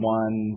one